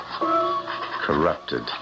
corrupted